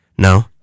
No